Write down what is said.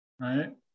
right